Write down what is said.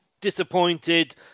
disappointed